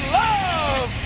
love